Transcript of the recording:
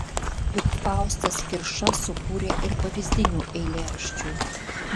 juk faustas kirša sukūrė ir pavyzdinių eilėraščių